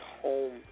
home